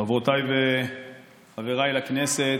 חברותיי וחבריי לכנסת,